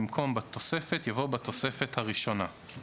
במקום "בתוספת" יבוא "בתוספת הראשונה".